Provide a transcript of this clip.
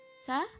sir